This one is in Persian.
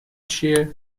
چیه